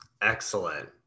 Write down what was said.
Excellent